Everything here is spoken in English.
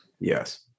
Yes